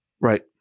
Right